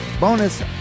bonus